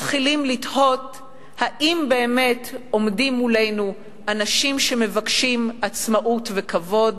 מתחילים לתהות האם באמת עומדים מולנו אנשים שמבקשים עצמאות וכבוד,